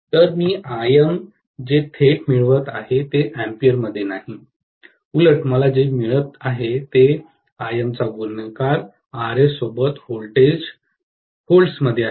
तर मी Im जे थेट मिळवत आहे ते एम्पीयरमध्ये नाही उलट मला जे मिळत आहे ते Im चा गुणाकार Rs सोबत व्होल्ट्समध्ये आहे